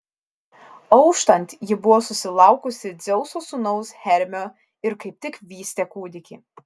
auštant ji buvo susilaukusi dzeuso sūnaus hermio ir kaip tik vystė kūdikį